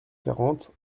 quarante